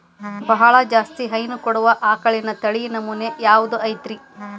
ಬಹಳ ಜಾಸ್ತಿ ಹೈನು ಕೊಡುವ ಆಕಳಿನ ತಳಿ ನಮೂನೆ ಯಾವ್ದ ಐತ್ರಿ?